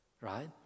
right